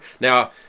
Now